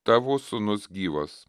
tavo sūnus gyvas